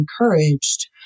encouraged